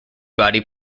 body